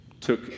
took